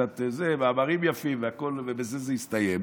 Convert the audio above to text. קצת מאמרים יפה ובזה זה יסתיים,